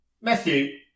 Matthew